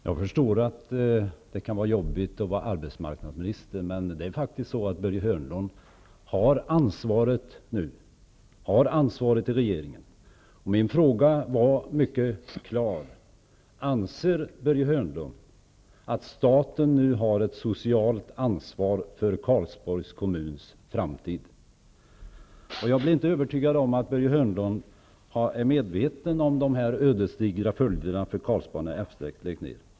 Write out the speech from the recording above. Herr talman! Jag förstår att det kan vara jobbigt att vara arbetsmarknadsminister, men Börje Hörnlund har faktiskt ansvaret i regeringen nu. Min fråga var mycket klar: Anser Börje Hörnlund att staten nu har ett socialt ansvar för Karlsborgs kommuns framtid? Jag är inte övertygad om att Börje Hörnlund är medveten om de ödesdigra följderna för Karlsborg när F 6 läggs ned.